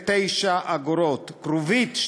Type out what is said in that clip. כרובית,